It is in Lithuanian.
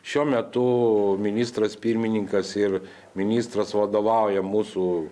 šiuo metu ministras pirmininkas ir ministras vadovauja mūsų